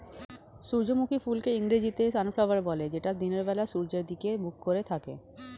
সূর্যমুখী ফুলকে ইংরেজিতে সানফ্লাওয়ার বলে যেটা দিনের বেলা সূর্যের দিকে মুখ করে থাকে